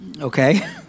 okay